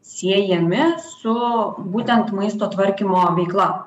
siejami su būtent maisto tvarkymo veikla